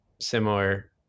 similar